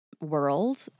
world